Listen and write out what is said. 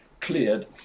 cleared